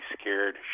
scared